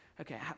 okay